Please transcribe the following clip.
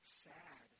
sad